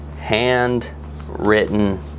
handwritten